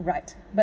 right but